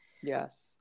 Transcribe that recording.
Yes